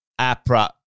APRA